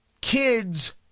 Kids